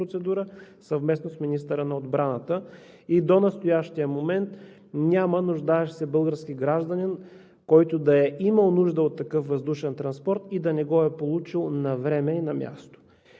процедура съвместно с министъра на отбраната. До настоящия момент няма нуждаещ се български гражданин, който да е имал нужда от такъв въздушен транспорт и да не го е получил навреме и на място.